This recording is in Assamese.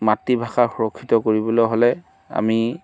মাতৃভাষা সুৰক্ষিত কৰিবলৈ হ'লে আমি